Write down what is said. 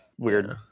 weird